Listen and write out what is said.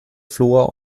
flora